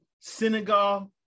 Senegal